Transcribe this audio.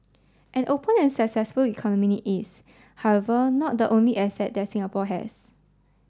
an open and successful economy is however not the only asset that Singapore has